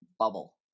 bubble